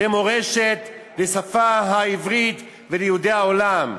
למורשת, לשפה העברית וליהודי העולם.